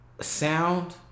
sound